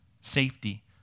safety